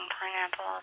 Pineapple